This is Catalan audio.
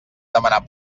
demanar